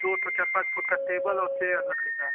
दो ठो चार पाँच फुट का टेबल और चेयर लकड़ी का